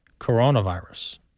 coronavirus